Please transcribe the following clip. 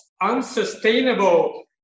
unsustainable